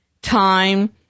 Time